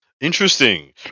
Interesting